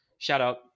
Shout-out